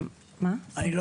הוא